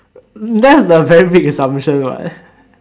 that's the very big assumption what